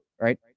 right